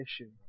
issue